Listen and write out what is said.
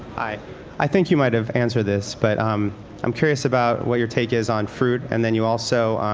i i think you might have answered this, but um i'm curious about what your take is on fruit and then you also